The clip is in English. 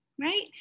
right